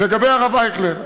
לגבי הרב אייכלר.